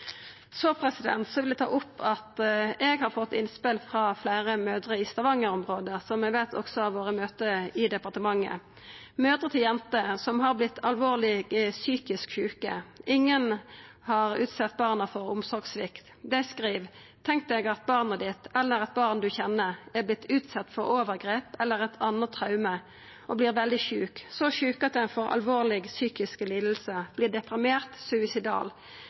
Så vil eg ta opp at eg har fått innspel frå fleire mødrer i Stavanger-området, som eg veit også har vore i møte i departementet. Det er mødrer til jenter som har vorte alvorleg psykisk sjuke. Ingen har utsett barna for omsorgssvikt. Dei skriv: Tenk deg at barnet ditt, eller eit barn du kjenner, har vorte utsett for overgrep eller eit anna traume og vert veldig sjukt – så sjukt at ein får alvorlige psykiske lidingar, vert deprimert,